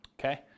Okay